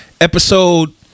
Episode